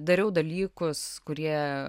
dariau dalykus kurie